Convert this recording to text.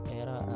era